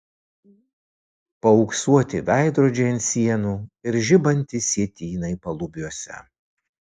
paauksuoti veidrodžiai ant sienų ir žibantys sietynai palubiuose